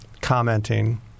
commenting